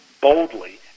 boldly